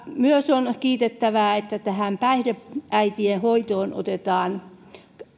myös on on kiitettävää että päihdeäitien hoitoon otetaan